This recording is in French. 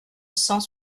cent